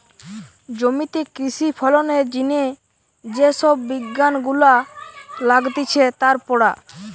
জমিতে কৃষি ফলনের জিনে যে সব বিজ্ঞান গুলা লাগতিছে তার পড়া